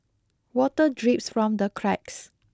water drips from the cracks